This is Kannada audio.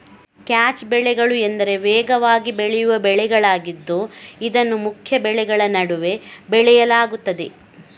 ಕ್ಯಾಚ್ ಬೆಳೆಗಳು ಎಂದರೆ ವೇಗವಾಗಿ ಬೆಳೆಯುವ ಬೆಳೆಗಳಾಗಿದ್ದು ಇದನ್ನು ಮುಖ್ಯ ಬೆಳೆಗಳ ನಡುವೆ ಬೆಳೆಯಲಾಗುತ್ತದೆ